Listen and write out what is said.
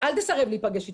אל תסרב יותר להיפגש אתנו.